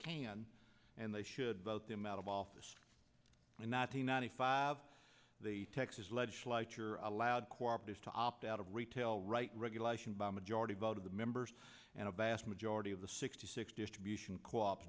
can and they should vote them out of office and not the ninety five the texas legislature allowed kwapis to opt out of retail right regulation by a majority vote of the members and a bass majority of the sixty six distribution coop